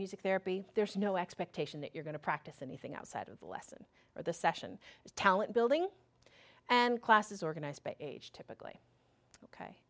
music therapy there's no expectation that you're going to practice anything outside of the lesson or the session talent building and classes organized by age typically ok